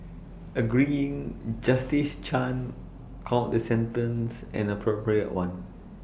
agreeing justice chan called the sentence an appropriate one